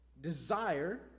desire